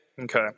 Okay